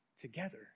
together